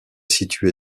située